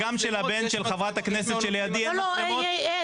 גם של הבן של ח"כ שלידי --- אני מניח שכמו שאת אומרת שיש --- לא,